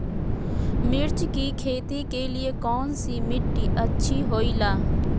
मिर्च की खेती के लिए कौन सी मिट्टी अच्छी होईला?